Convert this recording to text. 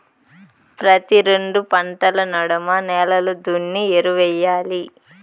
ప్రతి రెండు పంటల నడమ నేలలు దున్ని ఎరువెయ్యాలి